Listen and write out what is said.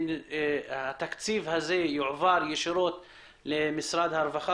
שהתקציב הזה יועבר ישירות למשרד הרווחה